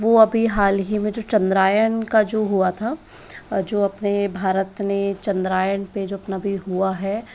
वो अभी हाल ही में जो चन्द्रायन का जो हुआ था जो अपने भारत ने चन्द्रायन पे जो अपना अभी हुआ है